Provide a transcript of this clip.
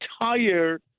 entire